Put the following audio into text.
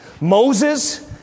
Moses